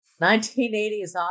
1980s